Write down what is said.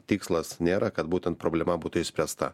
tikslas nėra kad būtent problema būtų išspręsta